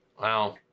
Wow